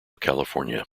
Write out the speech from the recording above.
california